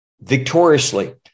victoriously